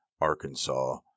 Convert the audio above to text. Arkansas